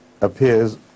appears